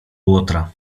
łotra